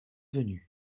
venus